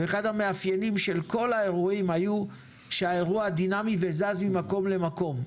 ואחד המאפיינים של כל האירועים היו שהאירוע דינאמי וזז ממקום למקום.